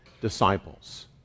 disciples